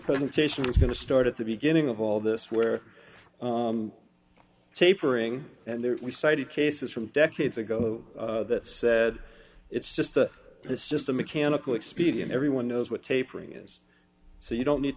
presentation is going to start at the beginning of all this where tapering and there we cited cases from decades ago that said it's just it's just a mechanical expedient everyone knows what tapering is so you don't need